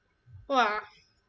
!wah!